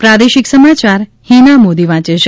પ્રાદેશિક સમાચાર હીના મોદી વાંચે છે